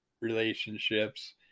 relationships